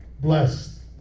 Blessed